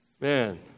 Man